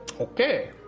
Okay